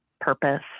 purpose